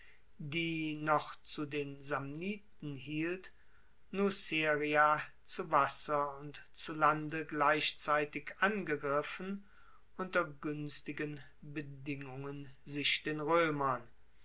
die noch zu den samniten hielt nuceria zu wasser und zu lande gleichzeitig angegriffen unter guenstigen bedingungen sich den roemern